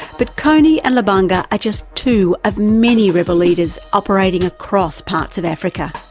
but kony and lubanga are just two of many rebel leaders operating across parts of africa.